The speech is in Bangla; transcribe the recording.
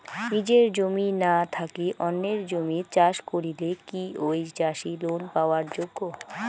নিজের জমি না থাকি অন্যের জমিত চাষ করিলে কি ঐ চাষী লোন পাবার যোগ্য?